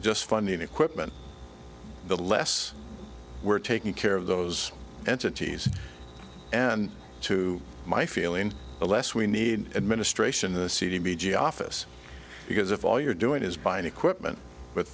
just funding equipment the less we're taking care of those entities and to my feeling the less we need administration the cd b j office because if all you're doing is buying equipment